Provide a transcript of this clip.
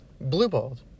blue-balled